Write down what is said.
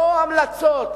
לא המלצות,